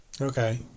Okay